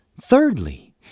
Thirdly